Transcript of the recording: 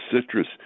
citrus